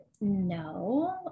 no